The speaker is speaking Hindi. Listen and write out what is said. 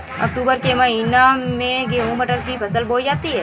अक्टूबर के महीना में गेहूँ मटर की फसल बोई जाती है